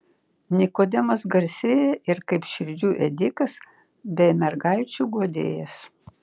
nikodemas garsėja ir kaip širdžių ėdikas bei mergaičių guodėjas